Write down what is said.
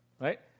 right